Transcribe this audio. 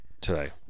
today